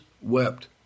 wept